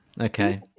Okay